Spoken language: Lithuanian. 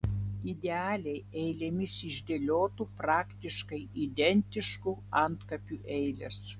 idealiai eilėmis išdėliotų praktiškai identiškų antkapių eilės